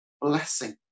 blessing